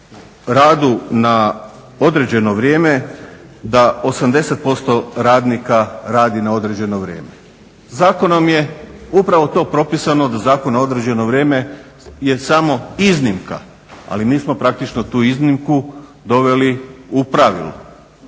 radu na određeno vrijeme da 80% radnika radi na određeno vrijeme. Zakonom je upravo to propisano da Zakon na određeno vrijeme je samo iznimka, ali mi smo praktično tu iznimku doveli u pravilo.